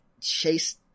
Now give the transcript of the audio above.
chase